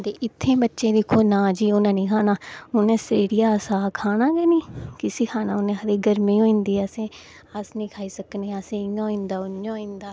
इत्थै बच्चे दिक्खो जी ना जी उ'नें नेईं खाना उ'नें स्रीढ़िये दे साग खाना गै नेईं कैस्सी खाना असें गर्मी होई जंदी असें अस नेईं खाई सकने असें एह होई जंदा ओह् होई जंदा